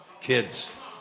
Kids